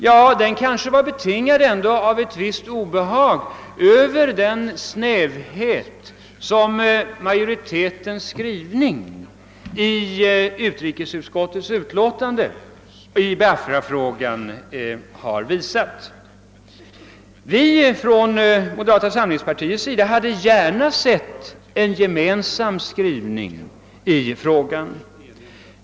Ja, den kanske var betingad av ett visst obehag över den snävhet, med vilken majoriteten skrivit sitt utlåtande i Biafrafrågan. Moderata samlingspartiet hade gärna sett en gemensam skrivning i frågan.